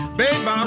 babe